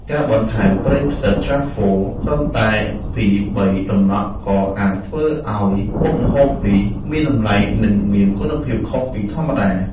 ការបន្ថែមប្រេងផ្សិតត្រាហ្វហ្វល (Truffle) ត្រឹមតែពីរបីតំណក់ក៏អាចធ្វើឱ្យមុខម្ហូបនេះមានតម្លៃនិងមានគុណភាពខុសពីធម្មតា។